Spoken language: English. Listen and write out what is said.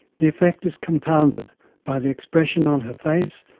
the effect is compounded by the expression on her face,